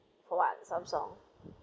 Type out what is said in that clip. for what Samsung